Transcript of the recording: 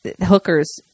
hookers